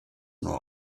nur